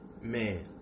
man